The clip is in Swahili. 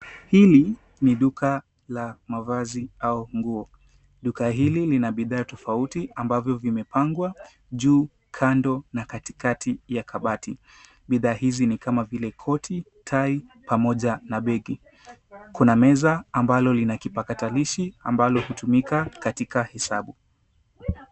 Hili ni duka la mavazi au nguo. Duka hili lina bidhaa tofauti, ambavyo vimepangwa juu, kando, na katikati ya kabati. Bidhaa hizi ni kama vile, koti, tai, pamoja na begi. Kuna meza ambalo lina kipakatalisha, ambalo hutumika katika hesabu.